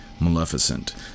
Maleficent